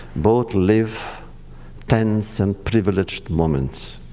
both live tense and privileged moments.